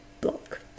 block